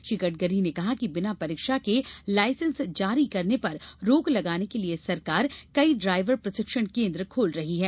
श्री गडकरी ने कहा कि बिना परीक्षा के लाइसेंस जारी करने पर रोक लगाने के लिए सरकार कई ड्राइवर प्रशिक्षण केन्द्र खोल रही है